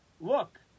look